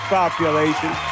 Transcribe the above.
population